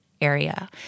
area